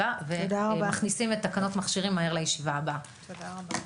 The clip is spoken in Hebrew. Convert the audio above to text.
הישיבה ננעלה בשעה 10:10.